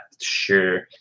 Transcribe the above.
sure